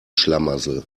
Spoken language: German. schlamassel